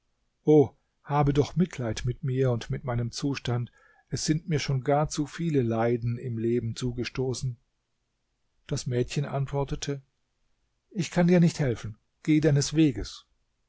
o habe doch mitleid mit mir und mit meinem zustand es sind mir schon gar zu viele leiden im leben zugestoßen das mädchen antwortete ich kann dir nicht helfen geh deines weges